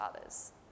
others